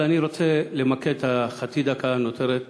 אבל אני רוצה למקד את חצי הדקה הנותרת